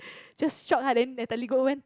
just shocked ah then Natalie go went